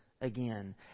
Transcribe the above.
again